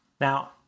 Now